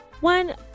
One